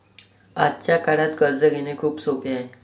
आजच्या काळात कर्ज घेणे खूप सोपे आहे